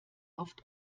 oft